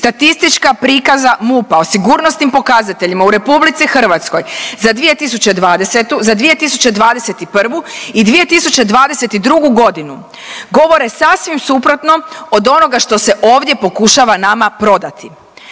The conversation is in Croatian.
statistička prikaza MUP-a o sigurnosnim pokazateljima u RH za 2020., za 2021. i 2022. godinu govore sasvim suprotno od onoga što se ovdje pokušava nama prodati.